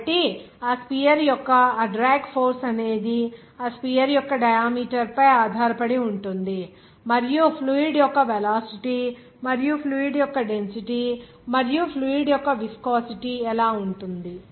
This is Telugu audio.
కాబట్టి ఆ స్పియర్ యొక్క ఆ డ్రాగ్ ఫోర్స్ అనేది ఆ స్పియర్ యొక్క డయామీటర్ పై ఆధారపడి ఉంటుంది మరియు ఫ్లూయిడ్ యొక్క వెలాసిటీ మరియు ఫ్లూయిడ్ యొక్క డెన్సిటీ మరియు ఫ్లూయిడ్ యొక్క విస్కోసిటీ ఎలా ఉంటుంది